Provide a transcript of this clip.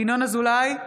ינון אזולאי,